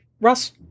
Russ